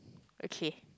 okay